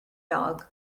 dog